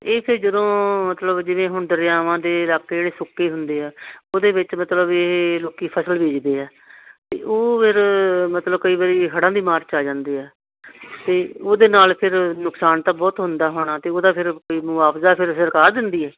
ਇਹ ਸੀ ਜਦੋਂ ਮਤਲਬ ਜਿਵੇਂ ਹੁਣ ਦਰਿਆਵਾਂ ਦੇ ਇਲਾਕੇ ਜਿਹੜੇ ਸੁੱਕੇ ਹੁੰਦੇ ਆ ਉਹਦੇ ਵਿੱਚ ਮਤਲਬ ਇਹ ਲੋਕ ਫ਼ਸਲ ਬੀਜਦੇ ਆ ਅਤੇ ਉਹ ਫਿਰ ਮਤਲਬ ਕਈ ਵਾਰੀ ਹੜ੍ਹਾਂ ਦੀ ਮਾਰ 'ਚ ਆ ਜਾਂਦੇ ਆ ਅਤੇ ਉਹਦੇ ਨਾਲ ਫਿਰ ਨੁਕਸਾਨ ਤਾਂ ਬਹੁਤ ਹੁੰਦਾ ਹੋਣਾ ਅਤੇ ਉਹ ਫਿਰ ਮੁਆਵਜ਼ਾ ਫਿਰ ਸਰਕਾਰ ਦਿੰਦੀ ਹੈ